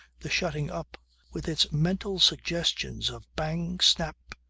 the shutting up with its mental suggestions of bang, snap,